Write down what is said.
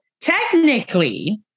technically